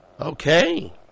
Okay